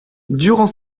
durant